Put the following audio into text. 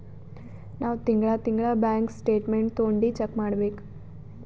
ನಾವ್ ತಿಂಗಳಾ ತಿಂಗಳಾ ಬ್ಯಾಂಕ್ ಸ್ಟೇಟ್ಮೆಂಟ್ ತೊಂಡಿ ಚೆಕ್ ಮಾಡ್ಬೇಕ್